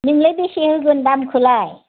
नोंलाय बेसे होगोन दामखौलाय